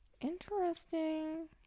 Interesting